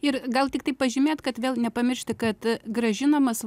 ir gal tiktai pažymėt kad vėl nepamiršti kad grąžinamas